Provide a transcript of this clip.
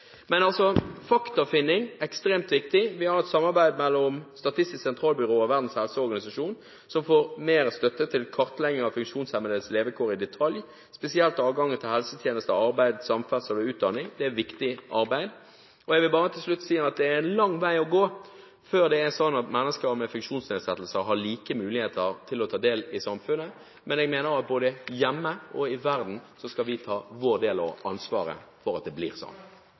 Men «faktafinning» er ekstremt viktig. Vi har et samarbeid med Statistisk sentralbyrå og Verdens helseorganisasjon, som får mer støtte til kartlegging av funksjonshemmedes levekår i detalj, spesielt adgangen til helsetjenester, arbeid, samferdsel og utdanning. Det er viktig arbeid. Jeg vil bare til slutt si at det er en lang vei å gå før mennesker med funksjonsnedsettelser har like muligheter til å ta del i samfunnet, men jeg mener at både hjemme og i verden skal vi ta vår del av ansvaret for at det